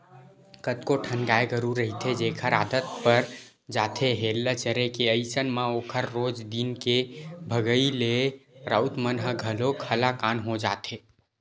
कतको ठन गाय गरु रहिथे जेखर आदत पर जाथे हेल्ला चरे के अइसन म ओखर रोज दिन के भगई ले राउत मन ह घलोक हलाकान हो जाथे